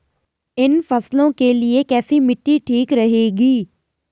इन फसलों के लिए कैसी मिट्टी ठीक रहेगी?